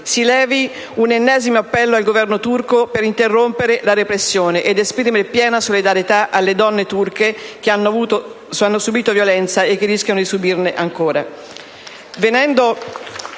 si levi un ennesimo appello al Governo turco per interrompere la repressione ed esprimere piena solidarietà alle donne turche che hanno subito violenza e che rischiano di subirne ancora.